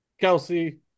Kelsey